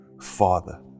father